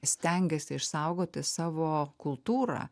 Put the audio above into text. stengiasi išsaugoti savo kultūrą